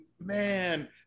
Man